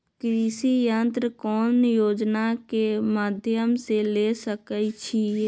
कृषि यंत्र कौन योजना के माध्यम से ले सकैछिए?